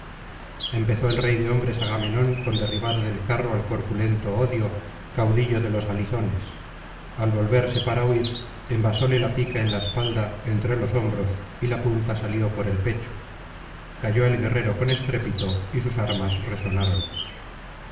empezó el rey de hombres agamenón con derribar del carro al corpulento odio caudillo de los halizones al volverse para huir envasóle la pica en la espalda entre los hombros y la punta salió por el pecho cayó el guerrero con estrépito y sus armas resonaron